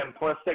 simplistic